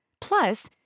Plus